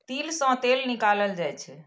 तिल सं तेल निकालल जाइ छै